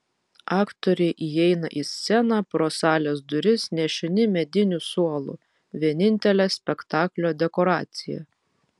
aktoriai įeina į sceną pro salės duris nešini mediniu suolu vienintele spektaklio dekoracija